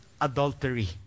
adultery